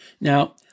Now